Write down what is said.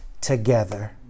together